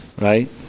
Right